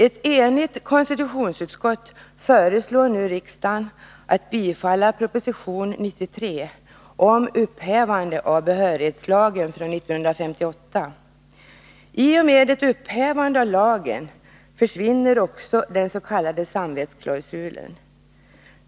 Ett enigt konstitutionsutskott föreslår nu att riksdagen skall bifalla proposition 1981/82:93 om upphävande av behörighetslagen från 1958. I och med ett upphävande av lagen försvinner också den s.k. samvetsklausulen.